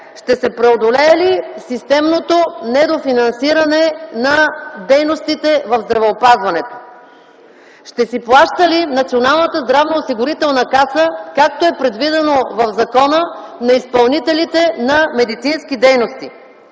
ще се преодолее ли системното недофинансиране на дейностите в здравеопазването. Ще плаща ли Националната здравноосигурителна каса (както е предвидено в закона) на изпълнителите на медицински дейности?